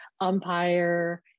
umpire